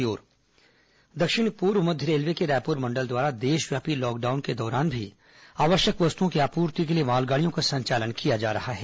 corona railway दक्षिण पूर्व मध्य रेलवे के रायपुर मंडल द्वारा देशव्यापी लॉकडाउन के दौरान भी आवश्यक वस्तुओं की आपूर्ति के लिए मालगाड़ियों का संचालन किया जा रहा है